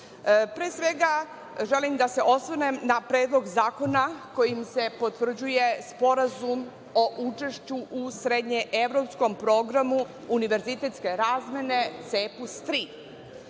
svega želim da se osvrnem na predlog zakona kojim se potvrđuje Sporazum o učešću u srednje-evropskom programu univerzitetske razmene CEEPUS